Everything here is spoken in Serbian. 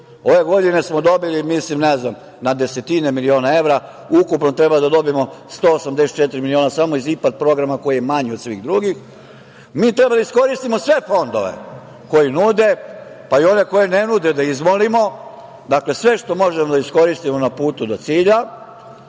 Ove godine smo dobili na desetine miliona evra, a ukupno treba da dobijemo 184 miliona samo iz IPARD programa koji je manji od svih drugih, mi treba da iskoristimo sve fondove koje nude, pa i one koji ne nude da izmolimo, sve što možemo da iskoristimo na putu do cilja,